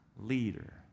leader